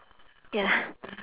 ya